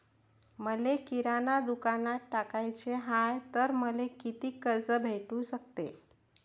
मले किराणा दुकानात टाकाचे हाय तर मले कितीक कर्ज भेटू सकते?